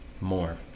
more